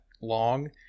long